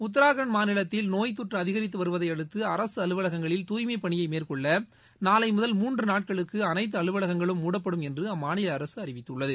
உத்ராகண்ட் மாநிலத்தில் நோய் தொற்று அதிகித்து வருவதையடுத்து அரசு அலுவலகங்களில் தூய்மைப் பணியை மேற்கொள்ள நாளை முதல் மூன்று நாட்களுக்கு அனைத்து அலுவலகங்களும் மூடப்படும் என்று அம்மாநில அரசு அறிவித்துள்ளது